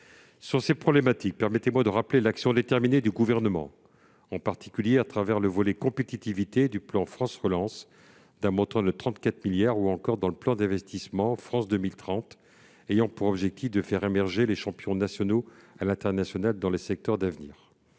Sur ces problématiques, permettez-moi de rappeler l'action déterminée du Gouvernement, en particulier au travers du volet compétitivité du plan France Relance, d'un montant de 34 milliards d'euros, ou encore du plan d'investissement France 2030, qui ont pour objectif de faire émerger les champions français à l'international dans les secteurs d'avenir.